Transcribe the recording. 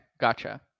Gotcha